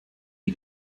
die